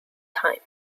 time